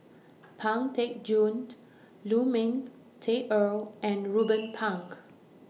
Pang Teck Joon Lu Ming Teh Earl and Ruben Pang